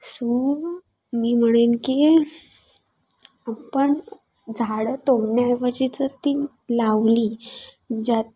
so मी म्हणेन की आपण झाडं तोडण्याऐवजी जर ती लावली ज्यात